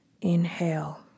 Inhale